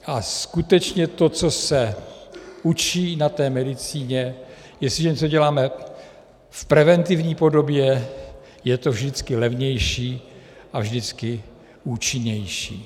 A skutečně to, co se učí na medicíně jestli něco děláme v preventivní podobě, je to vždycky levnější a vždycky účinnější.